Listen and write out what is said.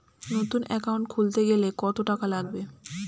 নতুন একাউন্ট খুলতে গেলে কত টাকা লাগবে?